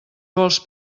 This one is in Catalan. vols